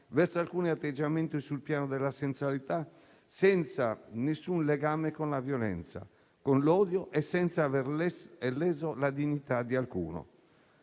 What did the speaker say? verso alcuni atteggiamenti sul piano della sessualità, senza nessun legame con la violenza e con l'odio, e senza aver leso la dignità di alcuno.